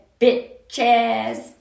bitches